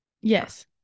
yes